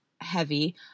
heavy